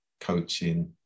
coaching